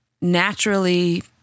naturally